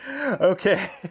Okay